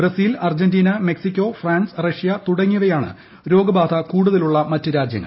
Brazil Argentina Mexico France Russia തുടങ്ങിയവയാണ് രോഗബാധ കൂടുതലുള്ള മറ്റ് രാജ്യങ്ങൾ